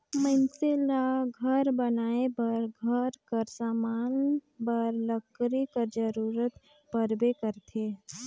मइनसे ल घर बनाए बर, घर कर समान बर लकरी कर जरूरत परबे करथे